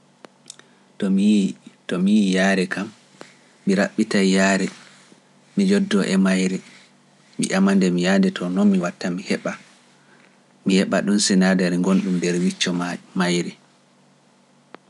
To mi yi'i, to mi yi'ii yahre kam, mi raɓɓitay yahre, mi jooddoo e mayre, mi ƴama-nde mi wi'a-nde, to no mi watta mi heɓa, mi heɓa ɗum sinaadari gonɗum nder wicco maa- mayri